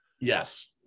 Yes